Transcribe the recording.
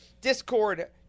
discord